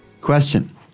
Question